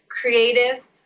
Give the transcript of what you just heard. creative